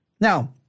now